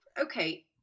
Okay